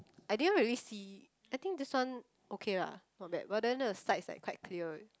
I didn't really see I think this one okay lah not bad but then the sides like quite clear